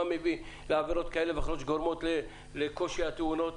מה מביא לעבירות כאלה ואחרות שגורמות לתאונות קשות.